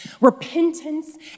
Repentance